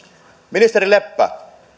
ministeri leppä